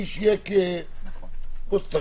האיש יקה כמו שצריך.